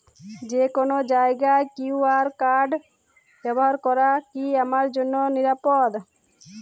যে কোনো জায়গার কিউ.আর কোড ব্যবহার করা কি আমার জন্য নিরাপদ?